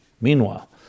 meanwhile